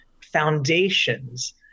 foundations